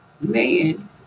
man